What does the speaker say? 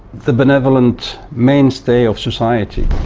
the benevolent mainstay of society.